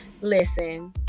Listen